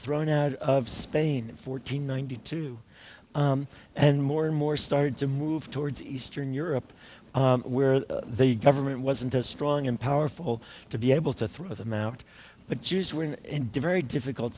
thrown out of spain in fourteen ninety two and more and more started to move towards eastern europe where they government wasn't as strong and powerful to be able to throw them out but jews were in and diverse a difficult